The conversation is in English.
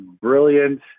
brilliant